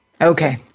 Okay